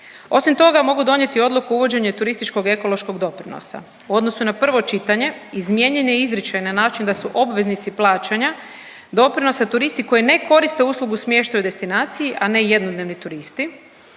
Osim toga, mogu donijeti odluku o uvođenju turističkog ekološkog doprinosa u odnosu na prvo čitanje, izmijenjen je izričaj na način da su obveznici plaćanja doprinosa turisti koji ne koriste uslugu smještaja u destinaciji, a ne jednodnevni turisti.